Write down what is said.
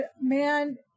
man